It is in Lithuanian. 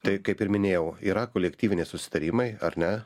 tai kaip ir minėjau yra kolektyviniai susitarimai ar ne